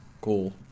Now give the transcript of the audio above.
Cool